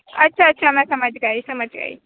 اچھا اچھا میں سمجھ گئی سمجھ گئی